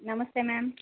नमस्ते मैम